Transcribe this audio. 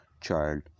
child